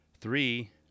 three